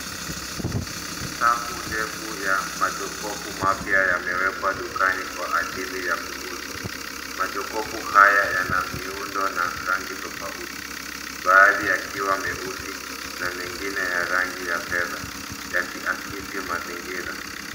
Safu ndefu ya majokofu mapya yamewekwa dukani kwa ajili ya kuuzwa. Majokofu haya yana miundo na rangi tofauti, baadhi yakiwa meusi na mengine ya rangi ya fedha, yakiakisi mazingira.